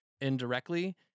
indirectly